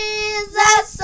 Jesus